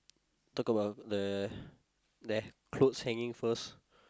talk about the there clothes hanging first